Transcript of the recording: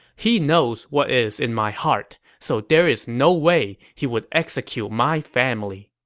he knows what is in my heart, so there is no way he would execute my family.